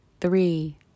three